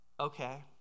Okay